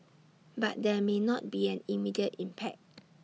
but there may not be an immediate impact